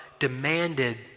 demanded